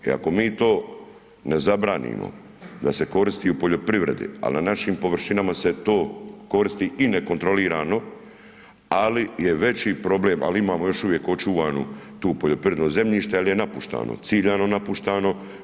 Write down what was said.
I ako mi to ne zabranimo da se koristi u poljoprivredi, ali na našim površinama se to koristi i nekontrolirano, ali je veći problem, ali imamo još uvijek očuvanu tu poljoprivredno zemljište ali je napuštano, ciljano napuštano.